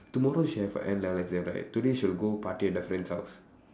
tomorrow she have her N level exam right today she will go party at the friend's house